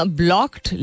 blocked